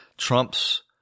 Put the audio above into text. trump's